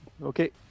Okay